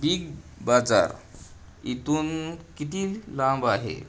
big Bazaar इथून किती लांब आहे